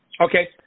Okay